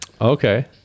Okay